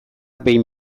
behin